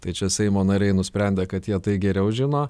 tai čia seimo nariai nusprendė kad jie tai geriau žino